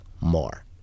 more